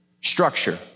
Structure